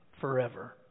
forever